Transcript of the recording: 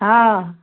हँ